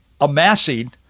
amassing